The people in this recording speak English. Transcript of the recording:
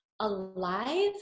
Alive